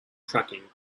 tracking